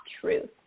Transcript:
truth